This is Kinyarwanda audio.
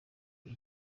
iyi